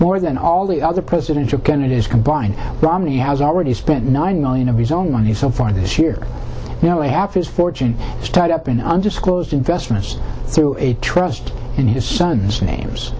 more than all the other presidential candidates combined romney has already spent nine million of his own money so far this year you know a half his fortune is tied up in undisclosed investments through a trust in his son's names